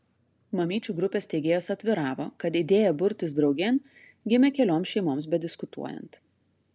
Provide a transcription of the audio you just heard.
mamyčių grupės steigėjos atviravo kad idėja burtis draugėn gimė kelioms šeimoms bediskutuojant